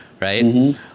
Right